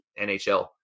NHL